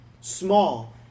small